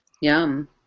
Yum